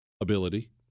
Ability